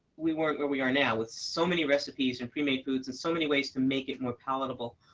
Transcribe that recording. we weren't where we are now, with so many recipes, and premade foods, and so many ways to make it more palatable.